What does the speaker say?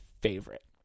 favorite